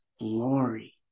glory